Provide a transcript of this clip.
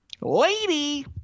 Lady